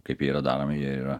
kaip jie yra daromi jie yra